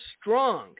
strong